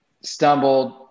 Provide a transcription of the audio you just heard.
Stumbled